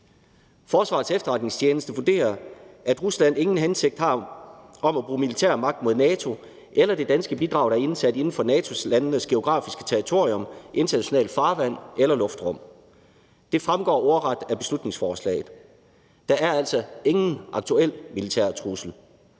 Forsvarets Efterretningstjeneste vurderer, at Rusland ingen hensigt har om at bruge militær magt mod NATO eller det danske bidrag, der er indsat inden for NATO-landenes geografiske territorium, internationalt farvand eller luftrum. Det fremgår ordret af beslutningsforslaget. Der er altså ingen aktuel militær trussel.